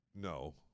no